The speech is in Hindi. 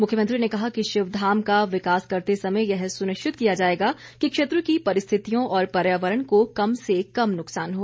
मुख्यमंत्री ने कहा कि शिवधाम का विकास करते समय यह सुनिश्चित किया जाएगा कि क्षेत्र की परिस्थितियों और पर्यावरण को कम से कम नुक्सान हो